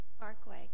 Parkway